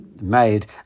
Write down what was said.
made